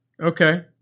Okay